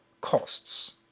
costs